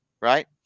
right